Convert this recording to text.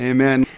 Amen